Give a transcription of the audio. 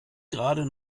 gerade